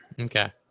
Okay